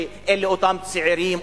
אלה אותם צעירים,